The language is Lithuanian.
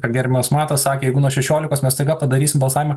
ką gerbiamas matas sakė jeigu nuo šešiolikos mes staiga padarysim balsavimą